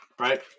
Right